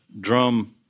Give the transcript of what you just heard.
drum